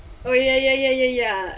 oh ya ya ya ya ya